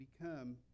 become